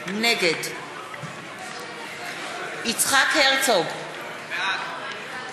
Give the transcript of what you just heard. נגד יצחק הרצוג, בעד